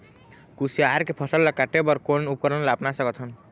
कुसियार के फसल ला काटे बर कोन उपकरण ला अपना सकथन?